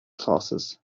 classes